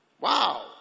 Wow